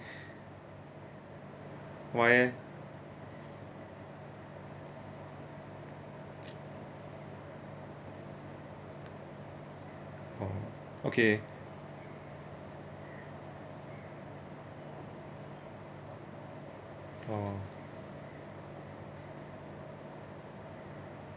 why eh oh okay oh